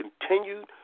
continued